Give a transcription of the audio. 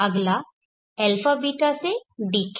अगला αβ से dq